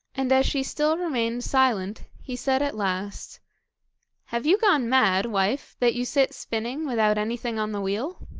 and as she still remained silent, he said at last have you gone mad, wife, that you sit spinning without anything on the wheel